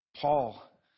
Paul